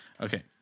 okay